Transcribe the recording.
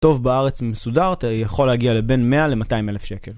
טוב בארץ מסודר, יכול להגיע לבין 100 ל-200 אלף שקל.